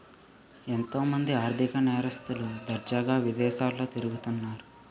ఎంతో మంది ఆర్ధిక నేరస్తులు దర్జాగా విదేశాల్లో తిరుగుతన్నారు